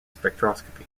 spectroscopy